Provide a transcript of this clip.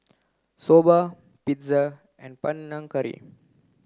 Soba Pizza and Panang Curry